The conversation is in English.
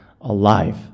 alive